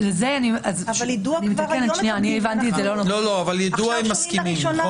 יידוע כבר היום מקבלים --- יידוע הם מסכימים.